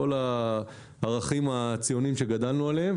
כל הערכים הציונים שגדלנו עליהם.